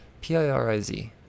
p-i-r-i-z